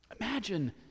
Imagine